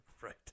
Right